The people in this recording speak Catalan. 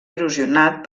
erosionat